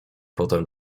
potem